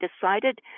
decided